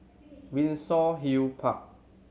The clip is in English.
Windsor Hill Park